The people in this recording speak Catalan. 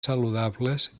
saludables